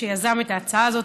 שיזם את ההצעה הזאת,